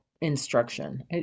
instruction